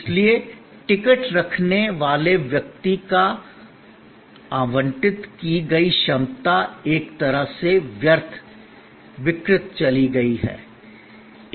इसलिए टिकट रखने वाले व्यक्ति को आवंटित की गई क्षमता एक तरह से व्यर्थ विकृत चली गई है